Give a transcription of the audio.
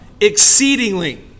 exceedingly